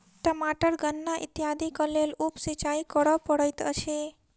टमाटर गन्ना इत्यादिक लेल उप सिचाई करअ पड़ैत अछि